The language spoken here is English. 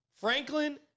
Franklin